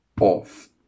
off